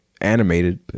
animated